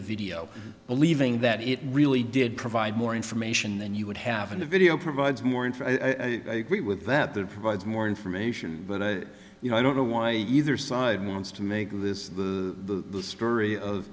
the video believing that it really did provide more information than you would have in the video provides more and for i agree with that that provides more information but i you know i don't know why either side wants to make this the story of